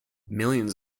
millions